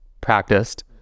practiced